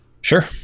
Sure